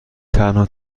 تنها